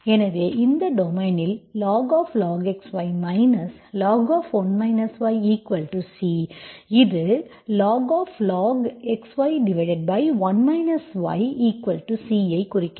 எனவே இந்த டொமைனில் log xy log⁡C இது l log xy1 y C ஐ குறிக்கிறது